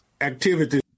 activity